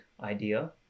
idea